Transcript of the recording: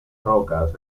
rocas